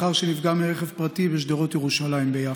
לאחר שנפגע מרכב פרטי בשדרות ירושלים ביפו.